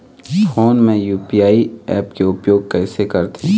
Phone मे UPI app के उपयोग कइसे करथे?